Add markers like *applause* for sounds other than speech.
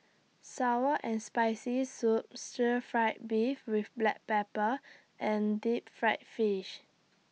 Sour and Spicy Soup Stir Fried Beef with Black Pepper and Deep Fried Fish *noise*